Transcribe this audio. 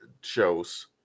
shows